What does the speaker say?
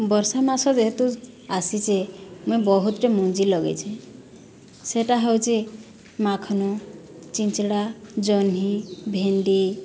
ବର୍ଷା ମାସ ଯେହେତୁ ଆସିଛେ ମୁଇଁ ବହୁତଟେ ମଞ୍ଜି ଲଗେଇଛେ ସେଇଟା ହେଉଛି ମାଖନୋ ଚିଞ୍ଚଡ଼ା ଜହ୍ନି ଭେଣ୍ଡି